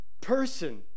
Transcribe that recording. Person